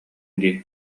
дии